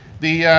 the